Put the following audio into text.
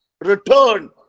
return